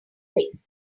thing